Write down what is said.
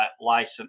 license